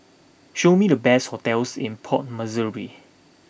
show me the best hotels in Port Moresby